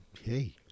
hey